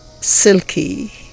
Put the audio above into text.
silky